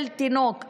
של תינוק,